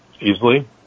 easily